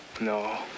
No